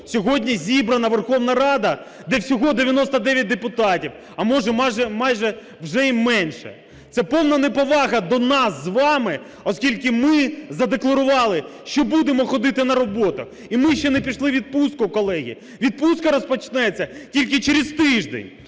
сьогодні зібрана Верховна Рада, де всього 99 депутатів, а може майже вже і менше. Це повна неповага до нас з вами, оскільки ми задекларували, що будемо ходити на роботу, і ми ще не пішли у відпустку, колеги, відпустка розпочнеться тільки через тиждень.